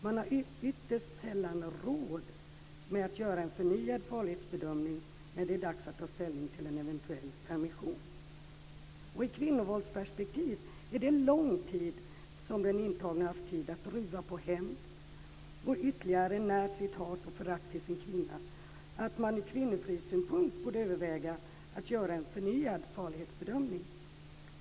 Man har ytterst sällan råd med att göra en förnyad farlighetsbedömning när det är dags att ta ställning till en eventuell permission. I kvinnovåldsperspektiv är det lång tid som den intagne har haft för att ruva på hämnd och ytterligare nära sitt hat och förakt inför sin kvinna. Därför borde man ur kvinnofridssynpunkt överväga att göra en förnyad farlighetsbedömning.